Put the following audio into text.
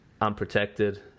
unprotected